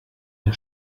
der